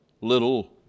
little